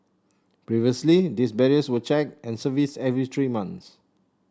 previously these barriers were check and service every three month